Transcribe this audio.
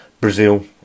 brazil